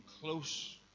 close